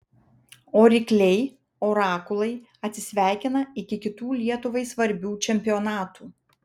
o rykliai orakulai atsisveikina iki kitų lietuvai svarbių čempionatų